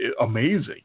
amazing